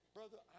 Brother